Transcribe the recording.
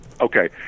Okay